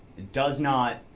does not